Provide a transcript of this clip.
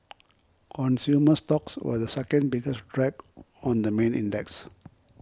consumer stocks were the second biggest drag on the main index